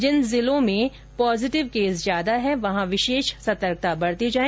जिन जिलों में positive case ज्यादा हैं वहां विशेष सतर्कता बरती जाए